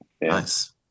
Nice